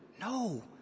No